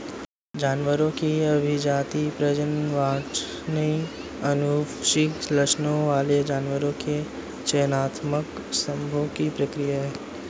जानवरों की अभिजाती, प्रजनन वांछनीय आनुवंशिक लक्षणों वाले जानवरों के चयनात्मक संभोग की प्रक्रिया है